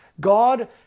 God